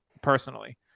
Personally